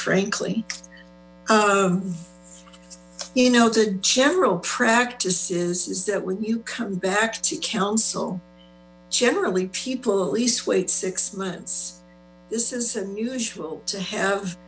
frankly you know the general practice is is that when you come back to council generally people at least wait six months this is unusual to have